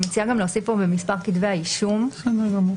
מציעה גם להוסיף פה: ומספר כתבי האישום -- בסדר גמור.